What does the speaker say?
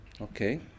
Okay